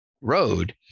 road